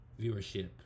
viewership